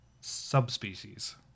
subspecies